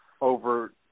over